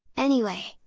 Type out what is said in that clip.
anyway,